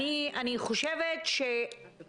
אנחנו הולכות לאיבוד ונופלות בין הכיסאות בימי הקורונה